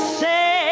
say